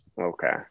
Okay